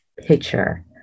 picture